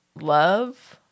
love